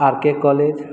R K college